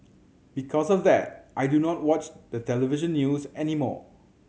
because of that I do not watch the television news anymore